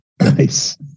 Nice